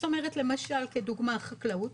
למשל כדוגמה, חקלאות.